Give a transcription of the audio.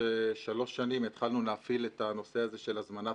שנים התחלנו להפעיל את הנושא של הזמנת